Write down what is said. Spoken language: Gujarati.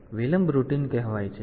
તેથી વિલંબ રૂટીન કહેવાય છે